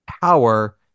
power